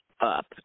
up